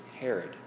Herod